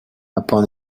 upon